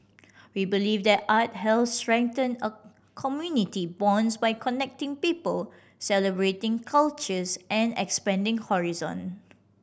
we believe that art helps strengthen a community bonds by connecting people celebrating cultures and expanding horizon